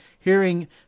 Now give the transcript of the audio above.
hearing